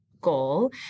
goal